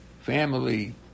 family